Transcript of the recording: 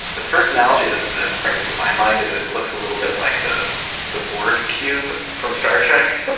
the first analogy that that springs into my mind, is it looks a little bit like the the borg cube from star trek.